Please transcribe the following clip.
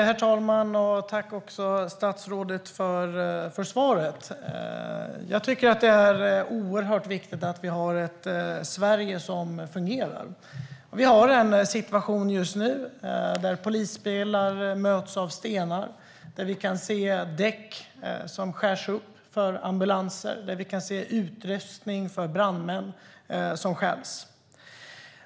Herr talman! Tack, statsrådet, för svaret! Det är oerhört viktigt att det finns ett Sverige som fungerar. Just nu råder en situation där polisbilar möts av stenar, däck skärs upp på ambulanser och utrustning för brandmän stjäls.